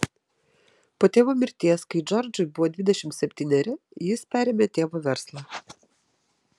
po tėvo mirties kai džordžui buvo dvidešimt septyneri jis perėmė tėvo verslą